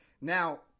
Now